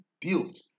built